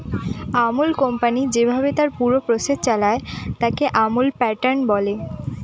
Amul company যেভাবে তার পুরো প্রসেস চালায়, তাকে আমুল প্যাটার্ন বলে